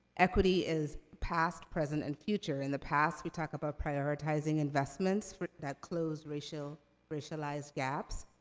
equity is past, present, and future. in the past, we talk about prioritizing investments that close racialized racialized gaps.